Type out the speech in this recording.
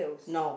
no